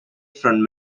from